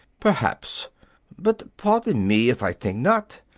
perhaps but pardon me if i think not.